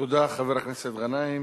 תודה, חבר הכנסת גנאים.